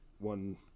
one